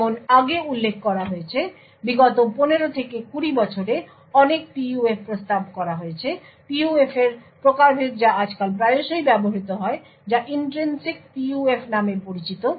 যেমন আগে উল্লেখ করা হয়েছে বিগত 15 থেকে 20 বছরে অনেক PUF প্রস্তাব করা হয়েছে PUF এর প্রকারভেদ যা আজকাল প্রায়শই ব্যবহৃত হয় যা ইন্ট্রিনসিক PUF নামে পরিচিত